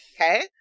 Okay